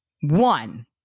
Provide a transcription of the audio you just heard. One